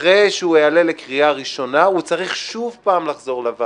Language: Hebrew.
אחרי שהוא יעלה לקריאה ראשונה הוא צריך לחזור שוב לוועדה;